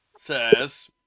says